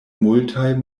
multaj